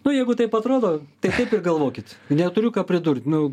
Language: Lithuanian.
nu jeigu taip atrodo tai taip ir galvokit neturiu ką pridurt nu